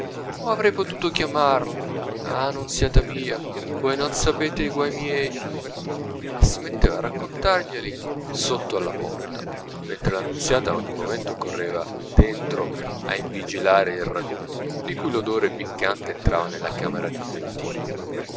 come avrei potuto chiamarlo ah nunziata mia voi non sapete i guai miei e si metteva a raccontarglieli sotto alla porta mentre la nunziata a ogni momento correva dentro a invigilare il ragù di cui l'odore piccante entrava nella camera di